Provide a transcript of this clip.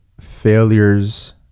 failures